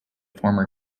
former